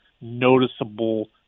noticeable